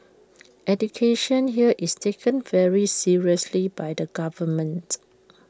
education here is taken very seriously by the government